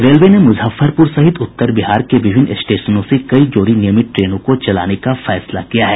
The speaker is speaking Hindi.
रेलवे ने मुजफ्फरपूर सहित उत्तर बिहार के विभिन्न स्टेशनों से कई जोड़ी नियमित ट्रेनों को चलाने का निर्णय लिया है